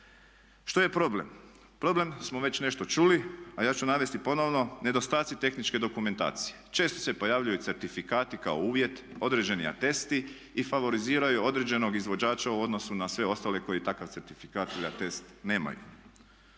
Što je problem? Problem smo već nešto čuli, a ja ću navesti ponovno, nedostaci tehničke dokumentacije. Često se pojavljuju certifikati kao uvjet, određeni atesti i favoriziraju određenog izvođača u odnosu na sve ostale koji takav certifikat ili atest nemaju.